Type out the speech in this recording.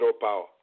power